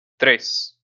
tres